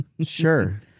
Sure